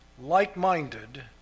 like-minded